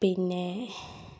പിന്നേ